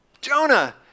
Jonah